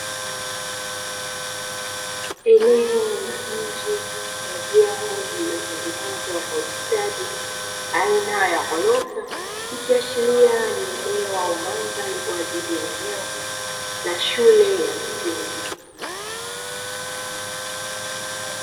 Eneo la nje ya jengo lililotengenezwa kwa ustadi aina ya ghorofa, ikiashiria ni eneo au mandhari kwa ajili ya eneo la shule ya msingi.